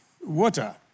water